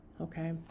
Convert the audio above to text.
okay